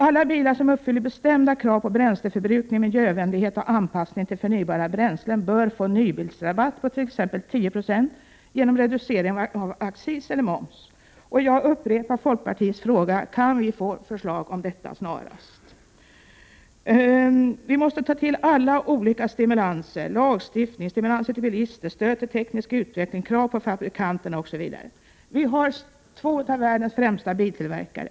Alla bilar som uppfyller bestämda krav på bränsleförbrukning, miljövänlighet och anpassning till förnybara bränslen bör få nybilsrabatt på t.ex. 10 96 genom reducering av accisen eller momsen. Jag upprepar folkpartiets fråga: Kan vi få förslag om detta snarast? Vi måste ta till alla möjliga stimulanser — lagstiftning, stimulanser för bilister, stöd till teknisk utveckling, krav på fabrikanterna osv. I Sverige finns två av världens främsta biltillverkare.